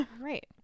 right